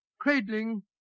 ...cradling